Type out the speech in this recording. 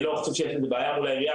אני לא רואה שיש בעיה עם העירייה,